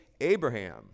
Abraham